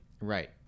Right